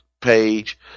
page